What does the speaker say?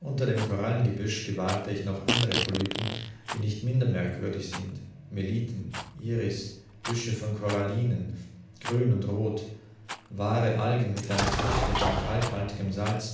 unter dem korallengebüsch gewahrte ich noch andere polypen die nicht minder merkwürdig sind meliten iris büsche von korallinen grün und roth wahre algen mit einer kruste von kalkhaltigem salz